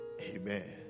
amen